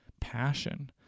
passion